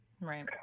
Right